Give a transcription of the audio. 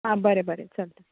आं बरें बरें चलता